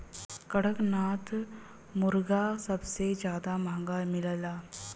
कड़कनाथ मुरगा सबसे जादा महंगा मिलला